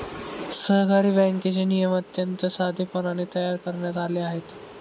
सहकारी बँकेचे नियम अत्यंत साधेपणाने तयार करण्यात आले आहेत